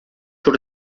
sur